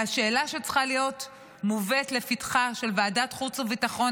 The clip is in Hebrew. והשאלה שצריכה להיות מובאת לפתחה של ועדת החוץ והביטחון,